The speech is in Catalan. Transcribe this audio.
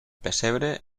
pessebre